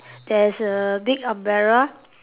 there's a big umbrella